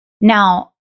Now